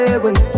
away